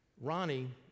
Ronnie